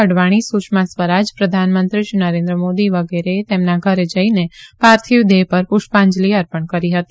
અડવાણી સુષ્મા સ્વરાજ પ્રધાનમંત્રી શ્રી નરેન્દ્ર મોદી વગેરએ તેમના ઘરે જઈને પાર્થિવ દેહ પર પુષ્પાંજલી અર્પણ કરી હતી